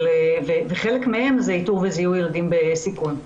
כשחלק מזה זה איתור וזיהוי ילדים בסיכון.